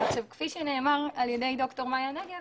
כפי שנאמר על ידי ד"ר מיה נגב,